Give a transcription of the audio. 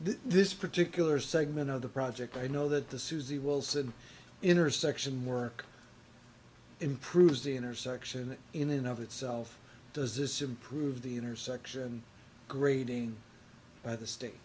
this particular segment of the project i know that the suzy wilson intersection work improves the intersection in and of itself does this improve the intersection grading by the state